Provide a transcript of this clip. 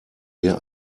der